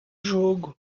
jogo